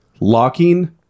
Locking